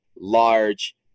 large